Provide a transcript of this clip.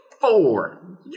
four